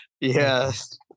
Yes